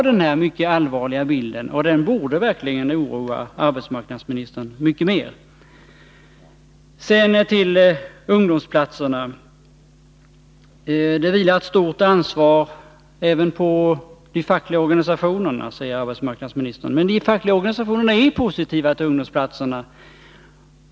Bilden är mycket allvarlig, och den borde verkligen oroa arbetsmarknadsministern mycket mer. Sedan till ungdomsplatserna. Det vilar ett stort ansvar även på de fackliga organisationerna, säger arbetsmarknadsministern. Men de fackliga organisationerna är positiva till ungdomsplatserna.